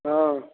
हँ